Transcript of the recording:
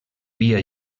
via